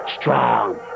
strong